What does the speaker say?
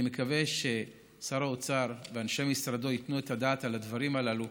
אני מקווה ששר האוצר ואנשי משרדו ייתנו את הדעת על הדברים הללו,